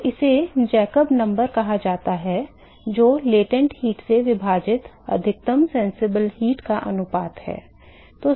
तो इसे जैकब संख्या कहा जाता है जो गुप्त ऊष्मा से विभाजित अधिकतम प्रत्यक्ष ऊष्मा का अनुपात है